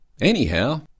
Anyhow